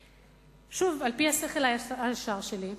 שוב, על-פי השכל הישר שלי.